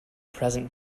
present